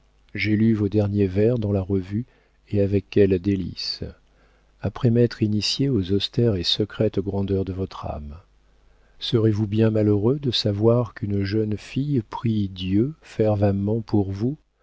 j'ai lu vos derniers vers dans la revue et avec quelles délices après m'être initiée aux austères et secrètes grandeurs de votre âme serez-vous bien malheureux de savoir qu'une jeune fille prie dieu fervemment pour vous